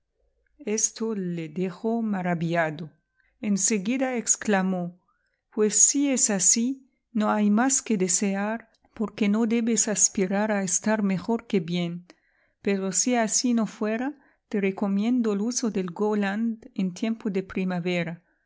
esto le dejó maravillado en seguida exclamó pues si es asi no hay más que desear porque no debes aspirar a estar mejor que bien pero si así no fuera te recomiendo el uso del gowland en tiempo de primavera